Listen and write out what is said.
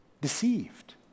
deceived